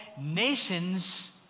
nations